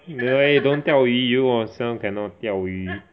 eh don't 钓鱼 you yourself cannot 钓鱼